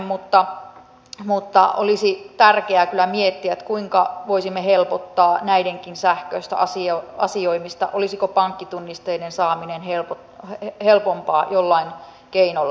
mutta olisi tärkeää kyllä miettiä kuinka voisimme helpottaa näidenkin sähköistä asioimista olisiko pankkitunnisteiden saaminen helpompaa jollain keinolla